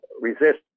resist